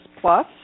plus